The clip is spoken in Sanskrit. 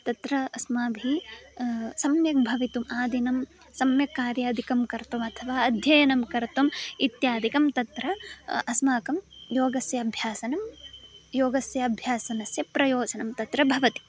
तत्र अस्माभिः सम्यक् भवितुम् आदिनं सम्यक् कार्यादिकं कर्तुम् अथवा अध्ययनं कर्तुम् इत्यादिकं तत्र अस्माकं योगस्य अभ्यासनं योगस्य अभ्यासनस्य प्रयोजनं तत्र भवति